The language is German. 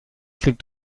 klingt